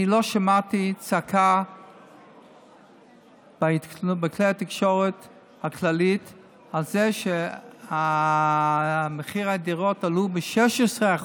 לא שמעתי צעקה בכלי התקשורת הכללית על זה שמחיר הדירות עלה ב-16%.